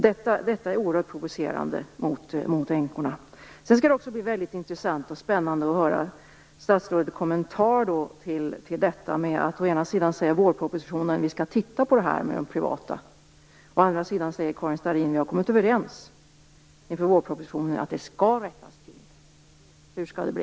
Detta är oerhört provocerande mot änkorna. Sedan skall det också bli väldigt intressant och spännande att höra statsrådets kommentar till detta. Å ena sidan säger vårpropositionen: Vi skall titta på detta med de privata försäkringarna. Å andra sidan säger Karin Starrin: Vi har kommit överens inför vårpropositionen att det skall rättas till. Hur skall det bli?